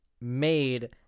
made